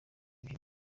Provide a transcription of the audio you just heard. ibihe